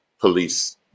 police